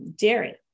dairy